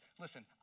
listen